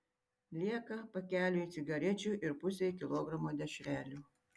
lieka pakeliui cigarečių ir pusei kilogramo dešrelių